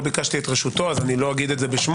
לא ביקשתי את רשותו, אז אני לא אגיד את זה בשמו.